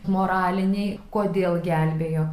moraliniai kodėl gelbėjo